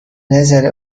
نظر